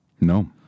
No